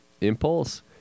impulse